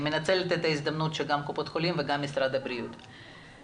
מנצלת את ההזדמנות שגם קופות החולים וגם משרד הבריאות נמצאים.